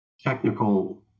technical